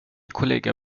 kollega